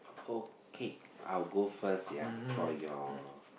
okay I'll go first ya for your